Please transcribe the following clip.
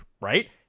right